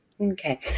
Okay